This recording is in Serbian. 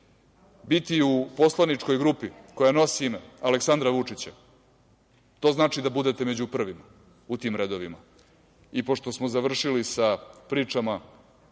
Biti u poslaničkoj grupi koja nosi ime Aleksandra Vučića, to znači da budete među prvima u tim redovima. Pošto smo završili sa pričama